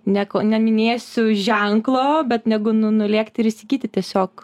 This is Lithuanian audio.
ne neminėsiu ženklo bet negu nu nulėkti ir įsigyti tiesiog